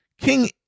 King